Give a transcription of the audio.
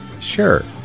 Sure